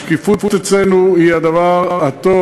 השקיפות אצלנו היא הדבר הטוב.